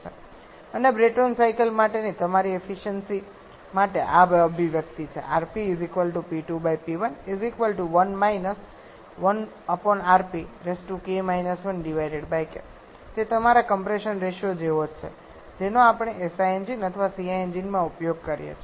અને Brayton cycle માટેની તમારી એફિસયન્સિ માટે આ અભિવ્યક્તિ છે તે તમારા કમ્પ્રેશન રેશિયો જેવો જ છે જેનો આપણે SI એન્જિન અથવા CI એન્જિનમાં ઉપયોગ કરીએ છીએ